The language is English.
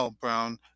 Brown